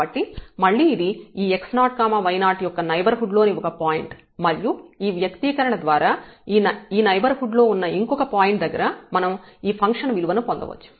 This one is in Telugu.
కాబట్టి మళ్ళీ ఇది ఈ x0y0 యొక్క నైబర్హుడ్ లోని ఒక పాయింట్ మరియు ఈ వ్యక్తీకరణ ద్వారా ఈ నైబర్హుడ్ లో ఉన్న ఇంకొక పాయింట్ దగ్గర మనం ఈ ఫంక్షన్ విలువను పొందవచ్చు